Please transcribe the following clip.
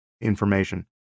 information